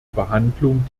behandlung